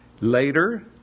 Later